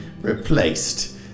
replaced